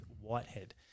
whitehead